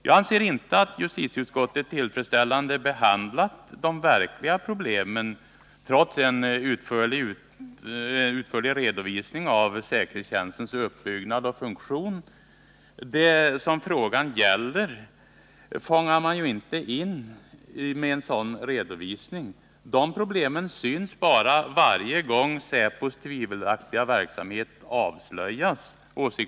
Jag anser inte att justitieutskottet har tillfredsställande behandlat de verkliga problemen, trots en utförlig redovisning av säkerhetstjänstens uppbyggnad och funktion. Det som frågan gäller fångar man ju inte in med en sådan redovisning. De problemen — åsiktsregistrering och annat — syns bara varje gång säpos tvivelaktiga verksamhet avslöjas.